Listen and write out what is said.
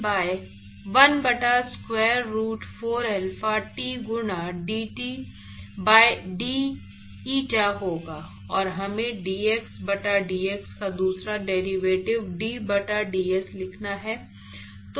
तो वह 1 बटा स्क्वायर रूट 4 alpha t गुणा dt by d eta होगा और हमें dx बटा d x का दूसरा डेरिवेटिव d बटा dx लिखना है